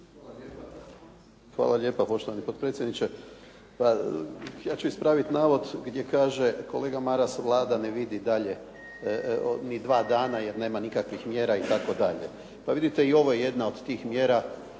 Hvala lijepa, poštovani potpredsjedniče. Ja ću ispravit navod gdje kaže kolega Maras Vlada ne vidi dalje ni dva dana jer nema nikakvih mjera itd. Pa vidite i ovo je jedna mjera od tih mjera,